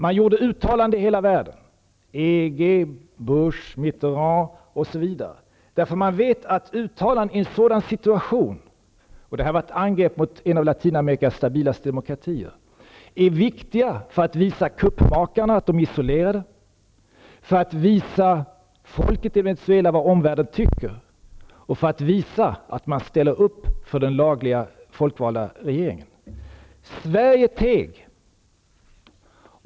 Det gjordes uttalanden i hela världen, från EG, Bush, Mitterand, osv., eftersom man vet att uttalanden i en sådan situation -- och detta var ett angrepp mot en av Latinamerikas mest stabila demokratier -- är viktiga för att visa kuppmakarna att de är isolerade, för att visa folket i Venezuela vad omvärlden tycker och för att visa att man ställer upp för den lagliga och folkvalda regeringen. Sverige teg.